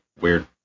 weird